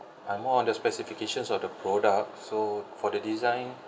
I'm more on the specifications of the product so for the design